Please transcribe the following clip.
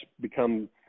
become